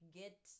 get